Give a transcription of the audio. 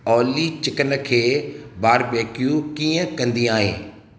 ऑली चिकन खे बारबेक्यू कीअं कंदी आहे